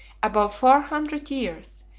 above four hundred years,